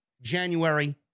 January